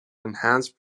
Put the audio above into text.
enhanced